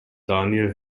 daniel